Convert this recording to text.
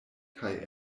kaj